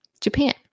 Japan